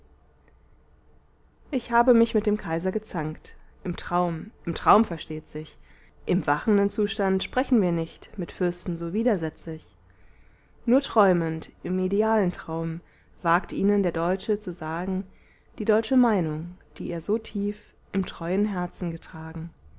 ich habe mich mit dem kaiser gezankt im traum im traum versteht sich im wachenden zustand sprechen wir nicht mit fürsten so widersetzig nur träumend im idealen traum wagt ihnen der deutsche zu sagen die deutsche meinung die er so tief im treuen herzen getragen